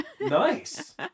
Nice